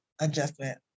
adjustment